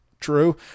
true